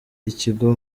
ikigo